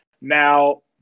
Now